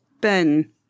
Ben